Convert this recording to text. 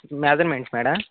measurements madam